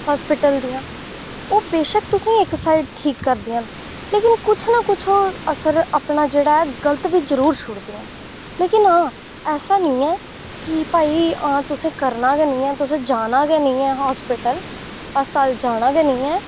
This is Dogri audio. हास्पिटल दियां ओह् बेश्क तुसें इक साइड ठीक करदियां न लेकिन किश ना किश ओह् असर अपना जेहड़ा एह् गलत जरुर छोड़दिया न लेकिन हां ऐसा नेईं ऐ कि भाई हां तुसें करना गै नेई ऐ तुसें जाना गै नेईं ऐ हास्पिटल अस्पताल जाना गै नेईं ऐ